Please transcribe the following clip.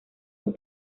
sus